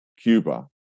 cuba